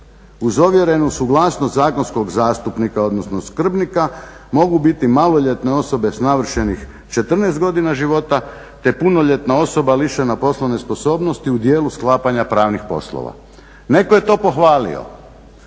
uz ovjerenu suglasnost zakonskog zastupnika, odnosno skrbnika mogu biti maloljetne osobe s navršenih 14 godina života te punoljetna osoba lišena poslovne sposobnosti u dijelu sklapanja pravnih poslova. Netko je to pohvalio.